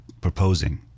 proposing